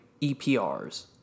EPRs